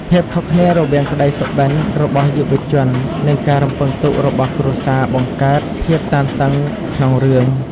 ភាពខុសគ្នារវាងក្តីសុបិន របស់យុវជននិងការរំពឹងទុករបស់គ្រួសារបង្កើតភាពតានតឹងក្នុងរឿង។